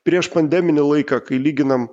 prieš pandeminį laiką kai lyginam